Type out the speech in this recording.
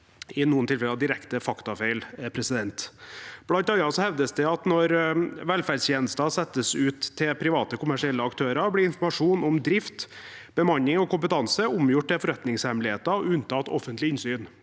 i noen tilfeller er direkte faktafeil. Blant annet hevdes det at når velferdstjenester settes ut til private kommersielle aktører, blir informasjon om drift, bemanning og kompetanse omgjort til forretningshemmeligheter og unntatt offentlig innsyn.